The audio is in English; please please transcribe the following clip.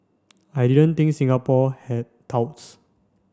I didn't think Singapore had touts